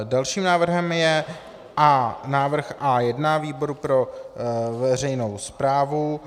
Dalším návrhem je návrh A1 výboru pro veřejnou správu.